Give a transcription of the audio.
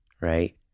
right